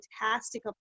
fantastic